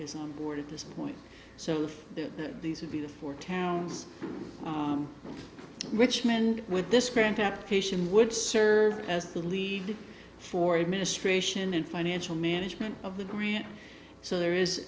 is on board at this point so these would be the four towns which with this grant application would serve as the lead for administration and financial management of the grant so there is